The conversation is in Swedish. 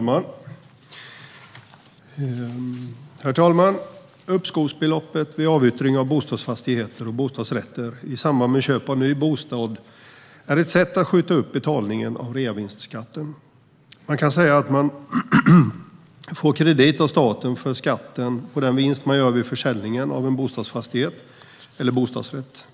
Herr talman! Uppskovsbeloppet vid avyttring av bostadsfastigheter och bostadsrätter i samband med köp av ny bostad är ett sätt att skjuta upp betalningen av reavinstskatten. Man kan säga att man får kredit av staten för skatten på den vinst man gör vid försäljningen av en bostadsfastighet eller bostadsrätt.